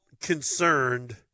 concerned